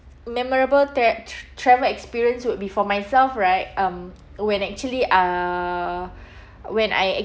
memorable tra~ tr~ travel experience would be for myself right um when actually uh when I